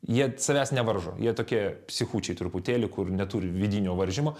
jie savęs nevaržo jie tokie psichučiai truputėlį kur neturi vidinio varžymo